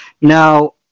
Now